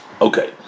Okay